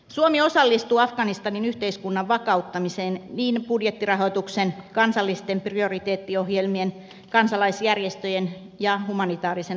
suomi osallistuu afganistanin yhteiskunnan vakauttamiseen niin budjettirahoituksen kansallisten prioriteettiohjelmien kansalaisjärjestöjen kuin humanitaarisen avun kautta